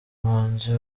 mpunzi